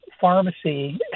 pharmacy